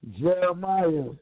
Jeremiah